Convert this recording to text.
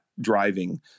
driving